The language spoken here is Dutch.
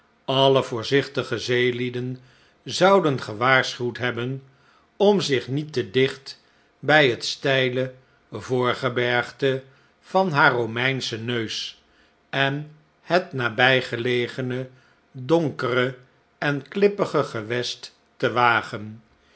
alle voorzichtige zeelieden zouden gewaarschuwd hebben om zich niet te dicht bij het steile voorgebergte van haar romeinschen neus en het nabijgelegene donkere en klippige gewest te wagen